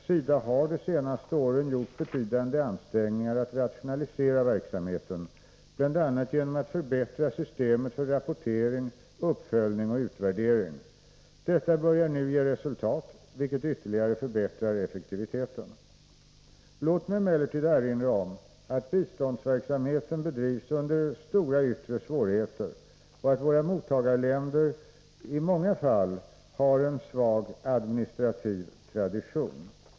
SIDA har de senaste åren gjort betydande ansträngningar att rationalisera verksamheten, bl.a. genom att förbättra systemet för rapportering, uppföljning och utvärdering. Detta börjar nu ge resultat, vilket ytterligare förbättrar effektiviteten. Låt mig emellertid erinra om att biståndsverksamheten bedrivs under stora yttre svårigheter och att våra mottagarländer i många fall har en svag administrativ tradition.